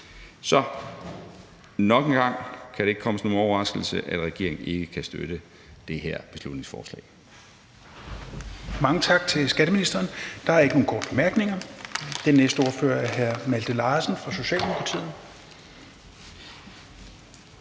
Så nok en gang kan det ikke komme som nogen overraskelse, at regeringen ikke kan støtte det her beslutningsforslag.